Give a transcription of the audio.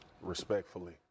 Respectfully